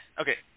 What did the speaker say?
Okay